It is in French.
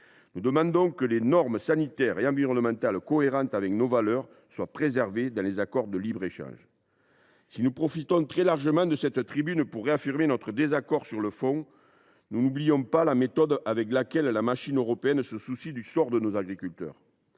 Nous demandons que des normes sanitaires et environnementales cohérentes avec nos valeurs soient préservées dans les accords de libre échange. Si nous profitons de cette tribune pour réaffirmer, très largement, notre désaccord sur le fond, nous n’oublions pas pour autant la méthode par laquelle la machine européenne se soucie du sort de nos agriculteurs.